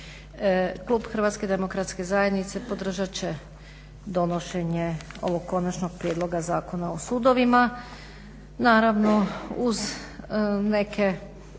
Klub HDZ-a podržati će donošenje ovog Konačnog prijedloga Zakona o sudovima naravno uz neke